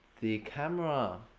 the camera.